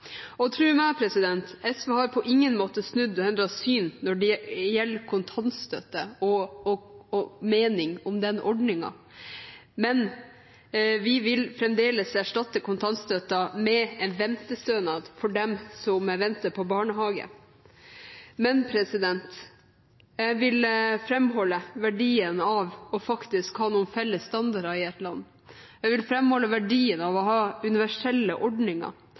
til. Tro meg, SV har på ingen måte snudd og endret syn når det gjelder kontantstøtte og den ordningen. Vi vil fremdeles erstatte kontantstøtten med en ventestønad for dem som venter på barnehage. Men jeg vil framholde verdien av faktisk å ha noen felles standarder i et land. Jeg vil framholde verdien av å ha universelle ordninger,